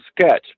sketch